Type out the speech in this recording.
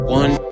one